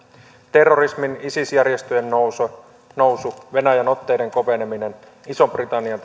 terrorismin ja isis järjestön nousu nousu venäjän otteiden koveneminen ison britannian